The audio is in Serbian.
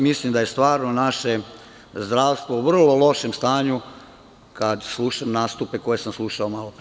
Mislim da je stvarno naše zdravstvo u vrlo lošem stanju kad slušam nastupe koje sam slušao malopre.